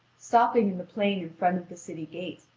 stopping in the plain in front of the city gate,